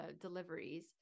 deliveries